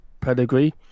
pedigree